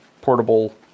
portable